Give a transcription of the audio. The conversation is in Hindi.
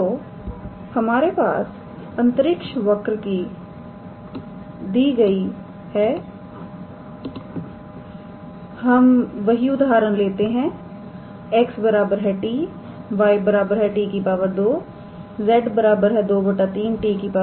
तो हमारे पास अंतरिक्ष वक्र दी गई है हम वही उदाहरण लेते हैं 𝑥 𝑡 𝑦 𝑡 2 𝑧 2 3 𝑡 3